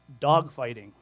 dogfighting